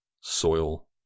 Soil